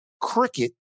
cricket